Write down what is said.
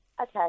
Okay